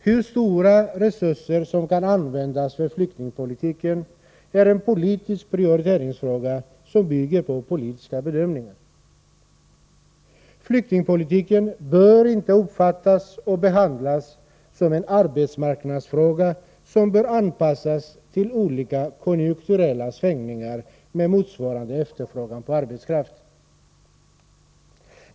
Hur stora resurser som kan användas för flyktingpolitiken är en politisk Prioriteringsfråga, som bygger på politiska bedömningar. Flyktingpolitiken bör inte uppfattas och behandlas som en arbetsmarknadsfråga, som bör anpassas till olika konjunkturella svängningar med motsvarande efterfrågan på arbetskraft.